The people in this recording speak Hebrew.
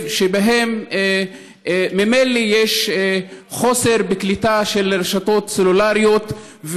שבהם ממילא יש חוסר בקליטה של רשתות סלולריות,